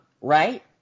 right